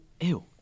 Ew